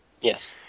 yes